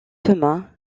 thomas